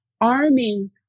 arming